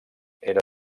era